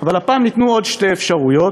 אבל הפעם ניתנו עוד שתי אפשרויות: